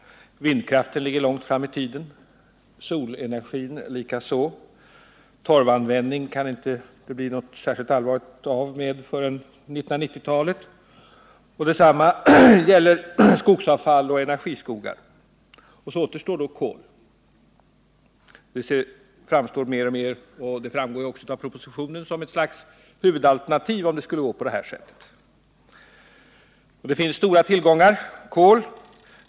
Vindkraften ligger långt fram i tiden — solenergin likaså. Torvanvändning kan det inte bli något allvarligt av förrän på 1990-talet. Detsamma gäller skogsavfall och energiskogar. Då återstår kolet. Det framstår mer och mer, vilket också framgår av propositionen, som ett slags huvudalternativ om det skulle bli ett kärnkraftsnej. Det finns stora tillgångar kol.